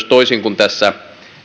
toisin kuin tässä